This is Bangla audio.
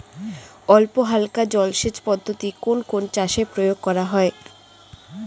অল্পহালকা জলসেচ পদ্ধতি কোন কোন চাষে প্রয়োগ করা হয়?